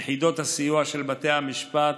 יחידות הסיוע של בתי המשפט,